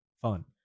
fun